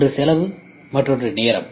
ஒன்று செலவு மற்றொன்று நேரம்